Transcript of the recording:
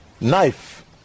knife